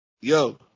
yo